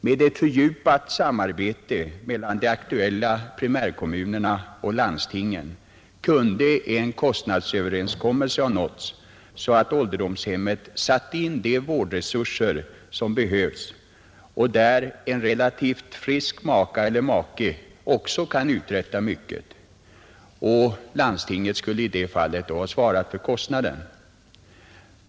Med ett fördjupat samarbete mellan de aktuella primärkommunerna och landstingen kunde en kostnadsöverenskommelse ha nåtts så att ålderdomshemmet satt in de vårdresurser som behövs i fall där en relativt frisk maka eller make kan uträtta mycket. Landstinget skulle i det fallet ha svarat för kostnaden.